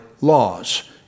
laws